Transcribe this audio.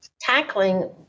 tackling